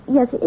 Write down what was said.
Yes